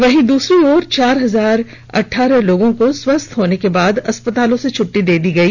वहीं दूसरी ओर चार हजार अठारह लोगों को स्वस्थ होने के बाद अस्पतालों से छुटटी दे दी गई